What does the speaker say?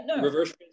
reverse